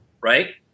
right